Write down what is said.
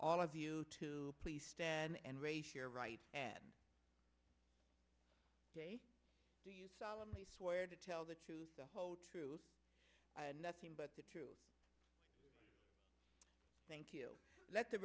all of you to please stand and raise your right hand do you solemnly swear to tell the truth the whole truth and nothing but the truth thank you let the